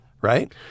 Right